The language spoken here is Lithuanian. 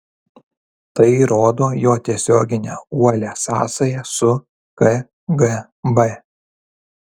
tai įrodo jo tiesioginę uolią sąsają su kgb